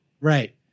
Right